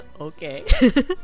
Okay